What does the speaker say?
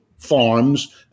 Farms